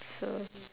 so